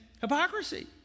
Hypocrisy